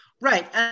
Right